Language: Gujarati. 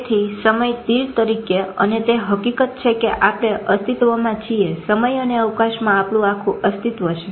તેથી સમય તીર તરીકે અને તે હકીકત છે કે આપણે અસ્તિત્વમાં છીએ સમય અને અવકાશમાં આપણું આખું અસ્તિત્વ છે